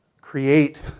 Create